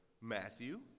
Matthew